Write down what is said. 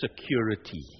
security